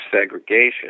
segregation